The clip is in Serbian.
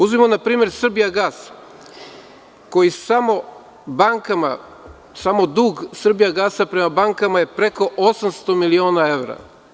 Uzmimo npr. „Srbijagas“ koji samo bankama, dug „Srbijagasa“ prema bankama je preko 800 miliona evra.